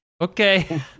okay